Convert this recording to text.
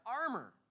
armor